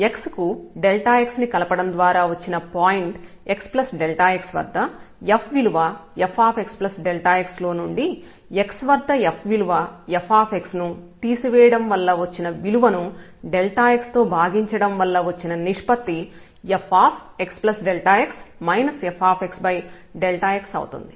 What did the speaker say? x కు x ని కలపడం ద్వారా వచ్చిన పాయింట్ xx వద్ద f విలువ fxx లో నుండి x వద్ద f విలువ fx ను తీసివేయడం వల్ల వచ్చిన విలువను x తో భాగించడం వల్ల వచ్చిన నిష్పత్తి fxx fxxఅవుతుంది